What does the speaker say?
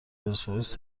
پرسپولیس